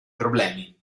problemi